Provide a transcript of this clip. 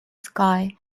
sky